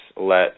let